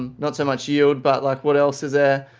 um not so much yield, but like what else is there?